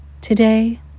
Today